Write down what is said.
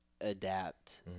adapt